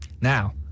Now